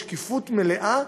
בשקיפות מלאה,